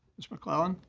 ms. mcclellan.